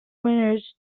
winners